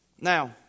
Now